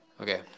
Okay